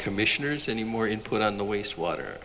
commissioners anymore input on the waste water